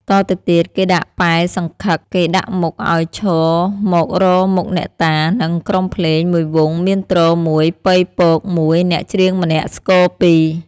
តទៅទៀត គេដាក់ពែសង្ឃឹក គេដាក់មុខឲ្យឈមមករកមុខអ្នកតា និងក្រុមភ្លេង ១វង់ មានទ្រ ១ ប៉ី ពក ១ អ្នកច្រៀងម្នាក់ ស្គរ ២ ។